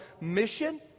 mission